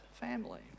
family